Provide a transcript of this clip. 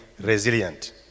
resilient